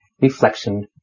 Reflection